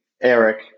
Eric